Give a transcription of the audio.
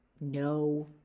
No